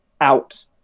out